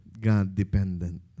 God-dependent